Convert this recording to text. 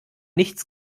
nichts